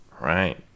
right